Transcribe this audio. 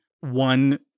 one